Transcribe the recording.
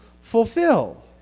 fulfill